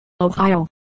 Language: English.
Ohio